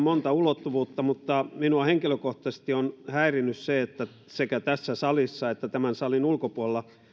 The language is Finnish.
monta ulottuvuutta mutta minua henkilökohtaisesti on häirinnyt se että sekä tässä salissa että tämän salin ulkopuolella